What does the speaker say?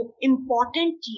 Important